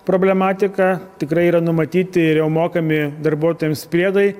problematika tikrai yra numatyti ir jau mokami darbuotojams priedai